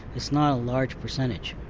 it's not a large percentage.